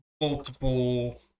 multiple